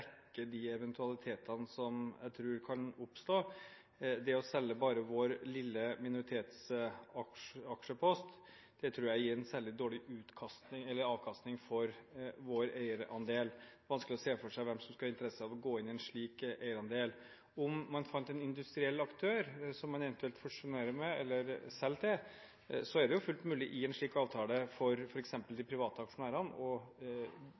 de eventualitetene som jeg tror kan oppstå. Det å selge bare vår lille minoritetsaksjepost tror jeg gir en særlig dårlig avkastning for vår eierandel. Det er vanskelig å se for seg hvem som skal ha interesse av å gå inn i en slik eierandel. Om man fant en industriell aktør, som man eventuelt fusjonerer med eller selger til, er det fullt mulig i en slik avtale for f.eks. de private aksjonærene